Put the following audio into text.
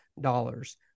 dollars